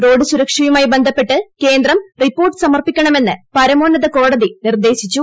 road സുരക്ഷയുമായി ബന്ധപ്പെട്ട് കേന്ദ്രം റിപ്പോർട്ട് സമർപ്പിക്കണമെന്ന് പ്ടരമോന്നതകോടതി നിർദ്ദേശിച്ചു